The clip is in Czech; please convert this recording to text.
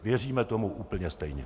Věříme tomu úplně stejně.